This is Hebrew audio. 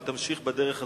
אם תמשיך בדרך הזאת.